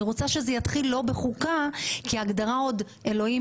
אני רוצה שזה יתחיל לא בחוקה כי ההגדרה אלוהים